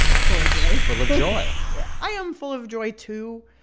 full of joy. full of joy yeah. i am full of joy, too.